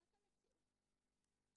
זאת המציאות.